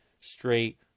straight